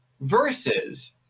versus